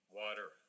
water